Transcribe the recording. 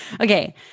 Okay